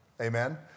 Amen